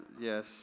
yes